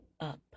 up